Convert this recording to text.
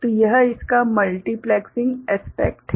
तो यह इसका मल्टीप्लेक्सिंग एस्पेक्ट है